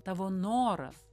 tavo noras